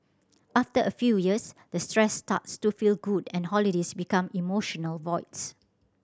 after a few years the stress starts to feel good and holidays become emotional voids